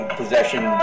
possession